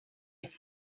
being